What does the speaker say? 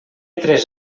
tres